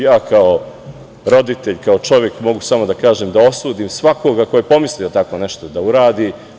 Ja kao roditelj, kao čovek mogu samo da kažem, da osudim svakoga ko je pomislio tako nešto da uradi.